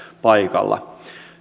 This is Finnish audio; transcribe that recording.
paikalla